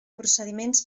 procediments